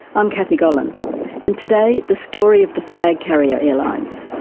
i'm kathy gollan and today, the story of the flag-carrier airlines,